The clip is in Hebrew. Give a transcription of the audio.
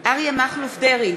אריה מכלוף דרעי,